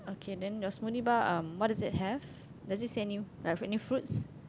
K then your smoothie bar um what does it have does it say any have any fruits